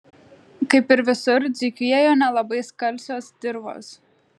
kaip ir visur dzūkijoje nelabai skalsios dirvos